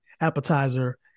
appetizer